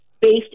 based